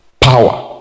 Power